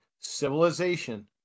Civilization